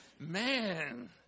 Man